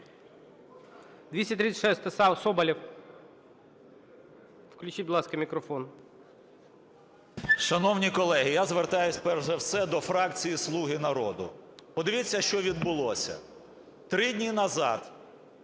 236-а, Соболєв. Включіть, будь ласка, мікрофон. 11:04:56 СОБОЛЄВ С.В. Шановні колеги, я звертаюсь перш за все до фракції "Слуга народу". Подивіться, що відбулося. Три дні назад